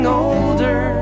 older